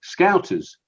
scouters